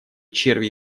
черви